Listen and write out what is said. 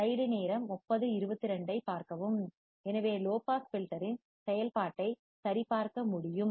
எனவே low pass filter இன் செயல்பாட்டை சரிபார்க்க முடியும்